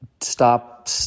stop